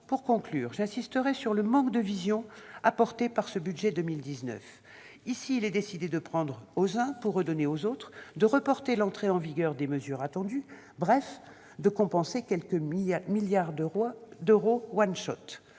Pour conclure, j'insisterai sur le manque de vision de ce budget pour 2019. Il est décidé de prendre aux uns pour redonner aux autres ou de reporter l'entrée en vigueur de mesures attendues, bref de compenser quelques milliards d'euros avec du.